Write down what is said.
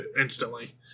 instantly